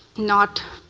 not